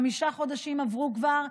חמישה חודשים עברו כבר.